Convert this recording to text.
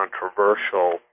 controversial